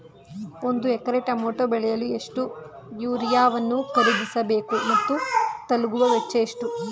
ಒಂದು ಎಕರೆ ಟಮೋಟ ಬೆಳೆಯಲು ಎಷ್ಟು ಯೂರಿಯಾವನ್ನು ಖರೀದಿಸ ಬೇಕು ಮತ್ತು ತಗಲುವ ವೆಚ್ಚ ಎಷ್ಟು?